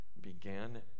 began